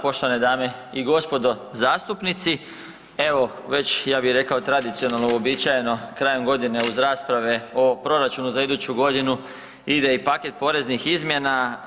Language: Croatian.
Poštovane dame i gospodo zastupnici, evo već ja bih rekao tradicionalno, uobičajeno krajem godine uz rasprave o proračunu za iduću godine ide i paket poreznih izmjena.